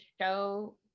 show